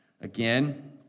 Again